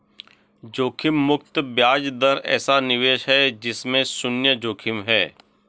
जोखिम मुक्त ब्याज दर ऐसा निवेश है जिसमें शुन्य जोखिम है